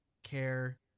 care